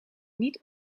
niet